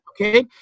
Okay